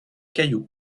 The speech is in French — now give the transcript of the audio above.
cailloux